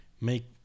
make